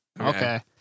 okay